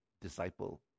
disciple